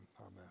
Amen